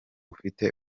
ufite